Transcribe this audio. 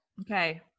Okay